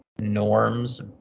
norms